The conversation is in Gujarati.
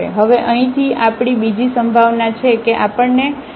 હવે અહીંથી આપણી બીજી સંભાવના છે કે આપણને 1 ની બરાબર મળે છે